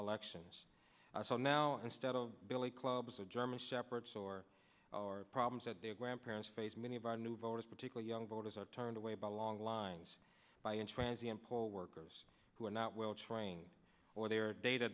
elections so now instead of billy clubs of german shepherds or our problems at their grandparents face many of our new voters particularly young voters are turned away by long lines by intransient poll workers who are not well trained or their data